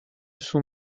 son